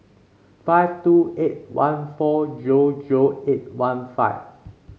five two eight one four zero zero eight one five